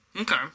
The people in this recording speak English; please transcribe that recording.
Okay